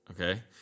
okay